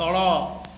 ତଳ